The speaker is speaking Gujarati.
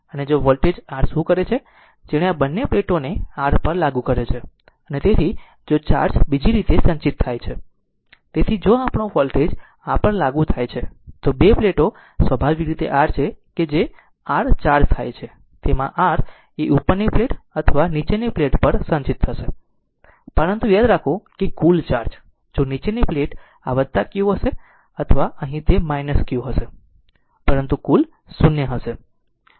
અને જો વોલ્ટેજ r શું કરે છે જેણે આ બંને પ્લેટોને r પર લાગુ કર્યો છે અને તેથી જો ચાર્જ બીજી રીતે સંચિત થાય છે તેથી જો આપણો વોલ્ટેજ આ પર લાગુ થાય છે તો બે પ્લેટો સ્વાભાવિક રીતે r છે કે જે r ચાર્જ થાય છે તેમાં r એ ઉપરની પ્લેટ અથવા નીચેની પ્લેટ પર સંચિત થશે પરંતુ યાદ રાખો કે કુલ ચાર્જ જો નીચેની પ્લેટ આ q હશે અથવા અહીં તે q હશે પરંતુ કુલ 0 હશે